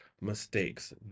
mistakes